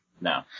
No